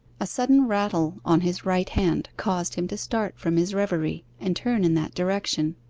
a sudden rattle on his right hand caused him to start from his reverie, and turn in that direction.